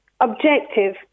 objective